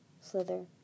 Slither